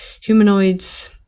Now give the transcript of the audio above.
humanoids